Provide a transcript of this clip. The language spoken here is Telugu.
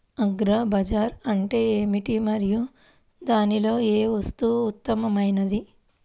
అగ్రి బజార్ అంటే ఏమిటి మరియు దానిలో ఏ వస్తువు ఉత్తమమైనది?